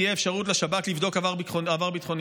תהיה אפשרות לשב"כ לבדוק עבר ביטחוני,